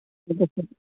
okay sir